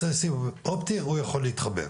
רוצה סיב אופטי, הוא יכול להתחבר,